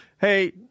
hey